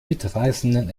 mitreißenden